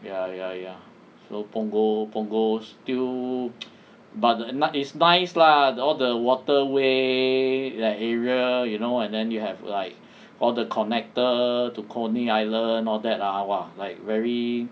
ya ya ya so punggol punggol still but then it's nice lah all the waterway that area you know and then you have like all the connector to coney island all that ah !wah! like very